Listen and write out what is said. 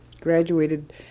graduated